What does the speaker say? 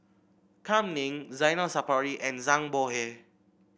Kam Ning Zainal Sapari and Zhang Bohe